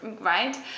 right